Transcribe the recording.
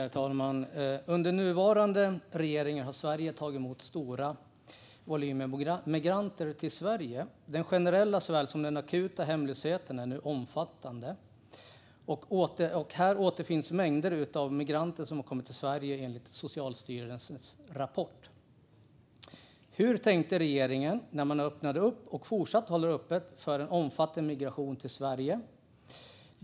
Herr talman! Under nuvarande regering har Sverige tagit emot stora volymer migranter. Den generella såväl som den akuta hemlösheten är nu omfattande. Här återfinns mängder av migranter som har kommit till Sverige, enligt Socialstyrelsens rapport. Hur tänkte regeringen när man öppnade för, och fortsätter att hålla öppet för, en omfattande migration till Sverige?